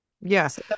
Yes